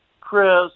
Chris